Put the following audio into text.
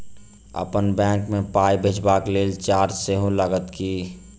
अप्पन बैंक मे पाई भेजबाक लेल चार्ज सेहो लागत की?